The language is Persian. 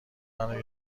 منو